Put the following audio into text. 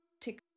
tick